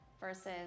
versus